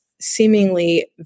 seemingly